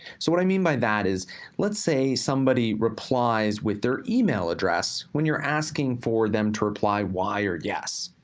so what i mean by that is let's say somebody replies with their email address, when you're asking for them to reply y or yes.